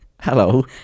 Hello